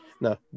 No